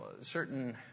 certain